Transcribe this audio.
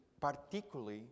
particularly